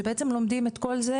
שבעצם לומדים את כל זה,